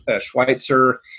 Schweitzer